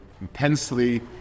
intensely